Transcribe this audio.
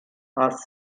are